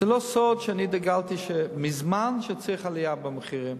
זה לא סוד שאני דגלתי מזמן בכך שצריך עלייה במחירים.